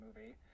movie